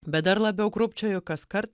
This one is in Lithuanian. bet dar labiau krūpčioju kaskart